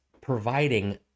providing